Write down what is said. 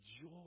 joy